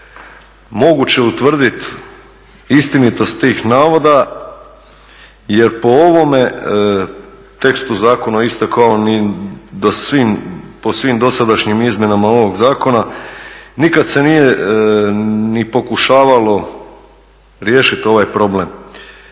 moguće utvrditi istinitost tih navoda jer po ovome tekstu zakona … po svim dosadašnjim izmjenama ovog zakona, nikad se nije ni pokušavalo riješiti ovaj problem